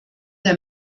der